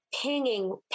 pinging